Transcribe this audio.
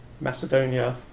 Macedonia